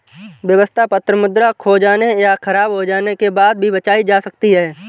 व्यवस्था पत्र मुद्रा खो जाने या ख़राब हो जाने के बाद भी बचाई जा सकती है